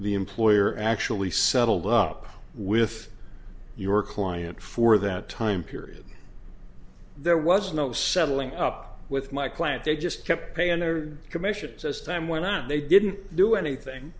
the employer actually settled up with your client for that time period there was no settling up with my client they just kept paying their commissions as time went on they didn't do anything